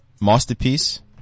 Masterpiece